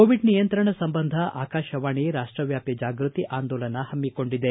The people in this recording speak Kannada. ಕೋವಿಡ್ ನಿಯಂತ್ರಣ ಸಂಬಂಧ ಆಕಾಶವಾಣಿ ರಾಷ್ಟವ್ಯಾಪಿ ಜಾಗೃತಿ ಆಂದೋಲನ ಹಮ್ಮಿಕೊಂಡಿದೆ